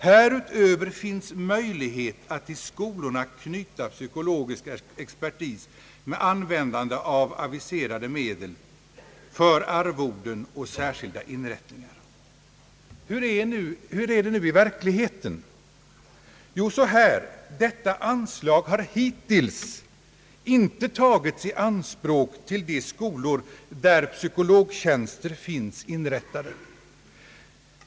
Härutöver finns möjlighet att till skolorna knyta psykologisk expertis med användande av anvisade medel för arvoden och särskilda ersättningar.» Hur är det nu i verkligheten? Jo, detta anslag har hittills inte tagits i anspråk till de skolor där psykologtjänster finns inrättade.